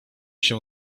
się